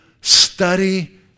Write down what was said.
Study